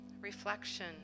reflection